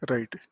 Right